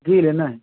जी लेना है